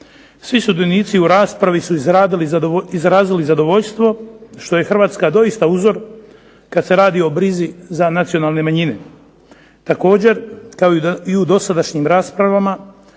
Svi sudionici u raspravi su izrazili zadovoljstvo što je Hrvatska doista uzor kad se radi o brizi za nacionalne manjine. Također, kao i u dosadašnjim raspravama